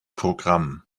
programm